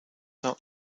not